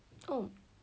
oh